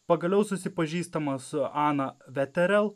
pagaliau susipažįstama su ana veterel